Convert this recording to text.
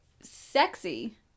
sexy